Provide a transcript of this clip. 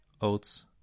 oats